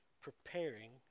preparing